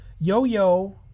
Yo-Yo